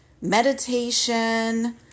Meditation